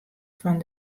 fan